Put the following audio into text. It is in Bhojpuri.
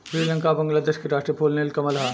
श्रीलंका आ बांग्लादेश के राष्ट्रीय फूल नील कमल ह